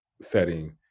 setting